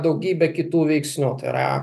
daugybė kitų veiksnių tai yra